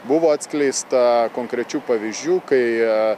buvo atskleista konkrečių pavyzdžių kai